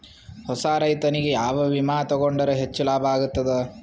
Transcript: ಹೊಸಾ ರೈತನಿಗೆ ಯಾವ ವಿಮಾ ತೊಗೊಂಡರ ಹೆಚ್ಚು ಲಾಭ ಆಗತದ?